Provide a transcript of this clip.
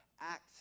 act